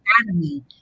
Academy